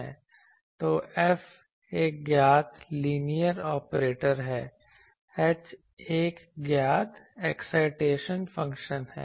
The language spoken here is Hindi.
तो F एक ज्ञात लीनियर ऑपरेटर है h एक ज्ञात एक्साइटेशन फ़ंक्शन है